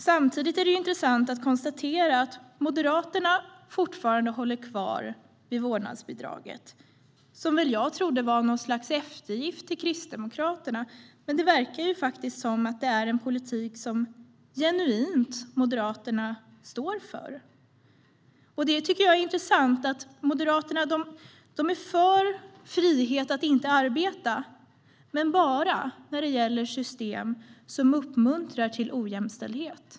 Samtidigt är det intressant att konstatera att Moderaterna fortfarande håller kvar vid vårdnadsbidraget. Jag trodde att detta var något slags eftergift till Kristdemokraterna, men det verkar som att det är en politik som Moderaterna genuint står för. Jag tycker att det är intressant. Moderaterna är för frihet att inte arbeta, men bara när det gäller system som uppmuntrar till ojämställdhet.